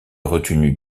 retenues